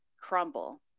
crumble